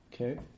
Okay